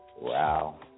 Wow